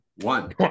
one